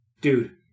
Dude